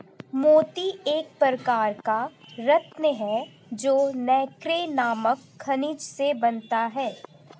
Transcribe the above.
मोती एक प्रकार का रत्न है जो नैक्रे नामक खनिज से बनता है